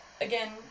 again